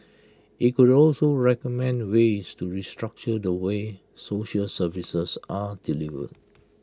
IT could also recommend ways to restructure the way social services are delivered